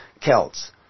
Celts